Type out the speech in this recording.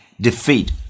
defeat